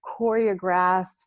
choreographed